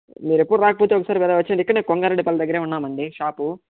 మీరెప్పుడు రాకపోతే ఒకసారి వచ్చెయ్యండి ఇక్కడే కొంగారెడ్డిపల్లి దగ్గరే ఉన్నామండీ షాపు